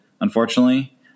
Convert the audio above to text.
unfortunately